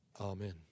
Amen